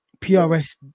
prs